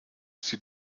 sie